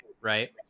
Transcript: Right